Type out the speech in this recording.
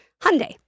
Hyundai